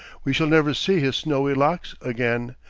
we shall never see his snowy locks again,